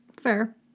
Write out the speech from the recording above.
Fair